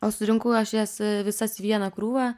o surinkau aš jas visas į vieną krūvą